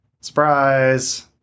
surprise